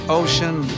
ocean